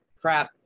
crap